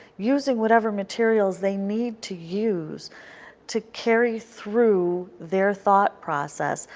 using whatever materials they need to use to carry through their thought process,